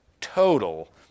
total